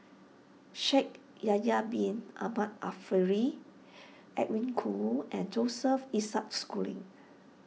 Shaikh Yahya Bin Ahmed Afifi Edwin Koo and Joseph Isaac Schooling